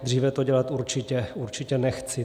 Dříve to dělat určitě, určitě nechci.